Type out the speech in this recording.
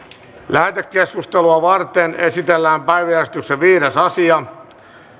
lähetekeskustelua varten esitellään päiväjärjestyksen viides asia